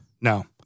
no